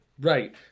Right